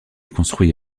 construit